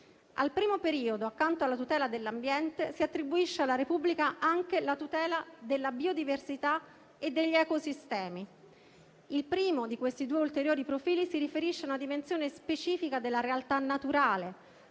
Al primo periodo, accanto a quella dell'ambiente, si attribuisce alla Repubblica anche la tutela della biodiversità e degli ecosistemi. Il primo di questi due ulteriori profili si riferisce a una dimensione specifica della realtà naturale,